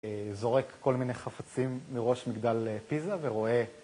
זורק כל מיני חפצים מראש מגדל פיזה ורואה.